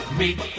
meet